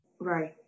Right